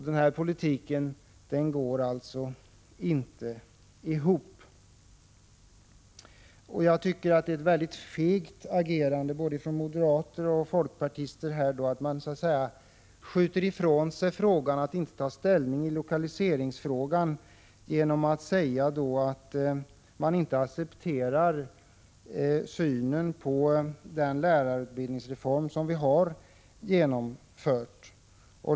Den här politiken går inte ihop. Jag tycker att det är ett mycket fegt agerande både av moderater och av folkpartister att skjuta ifrån sig och inte ta ställning i lokaliseringsfrågan genom att säga att man inte accepterar synen på den lärarutbildningsreform som vi har genomfört.